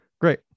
great